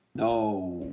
no.